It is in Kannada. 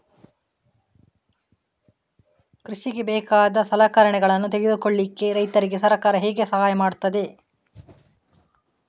ಕೃಷಿಗೆ ಬೇಕಾದ ಸಲಕರಣೆಗಳನ್ನು ತೆಗೆದುಕೊಳ್ಳಿಕೆ ರೈತರಿಗೆ ಸರ್ಕಾರ ಹೇಗೆ ಸಹಾಯ ಮಾಡ್ತದೆ?